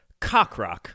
Cockrock